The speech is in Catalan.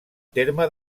terme